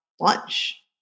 lunch